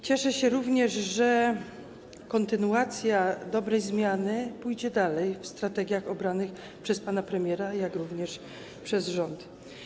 Cieszę się również, że kontynuacja dobrej zmiany pójdzie dalej, jeśli chodzi o strategie obrane przez pana premiera, jak również przez rząd.